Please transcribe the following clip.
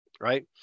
right